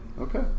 Okay